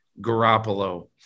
Garoppolo